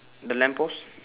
the lamp post